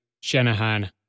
Shanahan